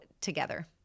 together